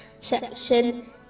section